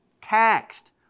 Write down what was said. taxed